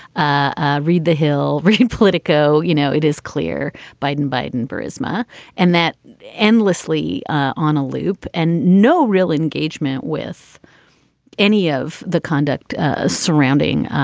ah read the hill really in politico. you know, it is clear biden, biden, charisma and that endlessly on a loop and no real engagement with any of the conduct surrounding